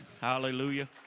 hallelujah